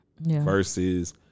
versus